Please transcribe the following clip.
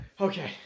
Okay